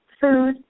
food